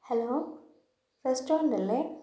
hello restaurant അല്ലെ